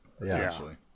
essentially